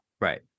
Right